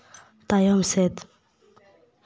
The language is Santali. ᱛᱟᱭᱚᱢ ᱥᱮᱫ